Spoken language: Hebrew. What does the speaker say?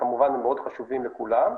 וכמובן הם מאוד חשובים לכולם,